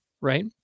right